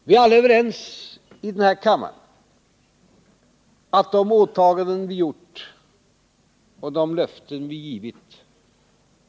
Vi är alla i denna kammare överens om att vi måste stå för de åtaganden vi gjort och de löften vi givit.